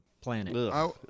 planet